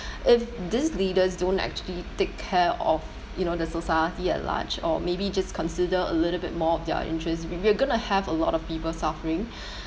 if these leaders don't actually take care of you know the society at large or maybe just consider a little bit more of their interests we we're gonna have a lot of people suffering